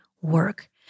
work